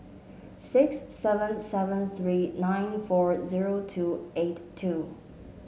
six seven seven three nine four zero two eight two